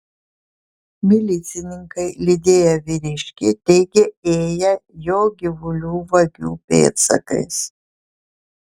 milicininkai lydėję vyriškį teigė ėję jo gyvulių vagių pėdsakais